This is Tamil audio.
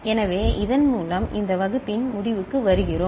எனவே இதன் மூலம் இந்த வகுப்பின் முடிவுக்கு வருகிறோம்